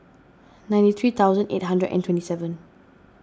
ninety three thousand eight hundred and twenty seven